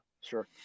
sure